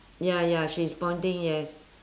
ya ya she's pointing yes